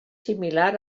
similar